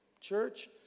church